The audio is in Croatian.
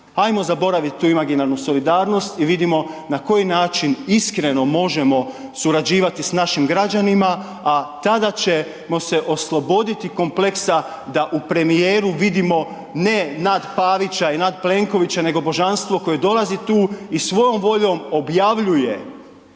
Ajmo zaboraviti tu imaginarnu solidarnost i vidimo na koji način iskreno možemo surađivati s našim građanima, a tada ćemo se osloboditi kompleksa da u premijeru vidimo ne nad Pavića i nad Plenkovića nego božanstvo koje dolazi tu i svojom voljom objavljuje